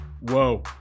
Whoa